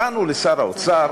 באנו לשר האוצר,